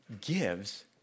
gives